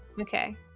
Okay